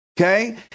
okay